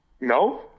no